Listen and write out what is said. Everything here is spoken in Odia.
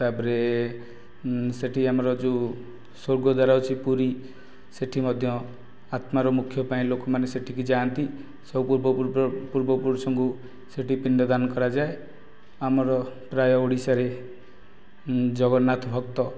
ତା ପରେ ସେଠି ଆମର ଯେଉଁ ସ୍ଵର୍ଗଦ୍ଵାର ଅଛି ପୁରୀ ସେ'ଠି ମଧ୍ୟ ଆତ୍ମାର ମୋକ୍ଷ ପାଇଁ ଲୋକ ମାନେ ସେ'ଠିକି ଯାଆନ୍ତି ସବୁ ପୂର୍ବ ପୁରୁଷଙ୍କୁ ସେ'ଠି ପିଣ୍ଡ ଦାନ କରାଯାଏ ଆମର ପ୍ରାୟ ଓଡ଼ିଶାରେ ଜଗନ୍ନାଥ ଭକ୍ତ